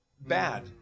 bad